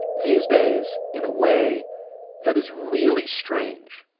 these days, in a way that is really strange.